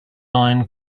lion